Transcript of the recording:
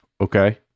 okay